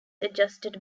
adjusted